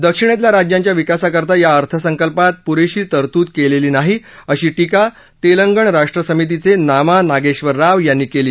दक्षिणेतल्या राज्यांच्या विकासाकरता या अर्थसंकल्पात पुरेशी तरतूद केलेली नाही अशी टीका तेलंगणा राष्ट्रसमितीचे नामा नागेक्षर राव यांनी केली